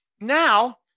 now